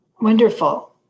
Wonderful